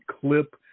clip